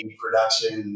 production